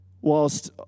whilst